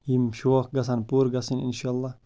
یِم شوق گژھَن پوٗرٕ گژھٕنۍ اِنشاء اللہ